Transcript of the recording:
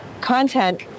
content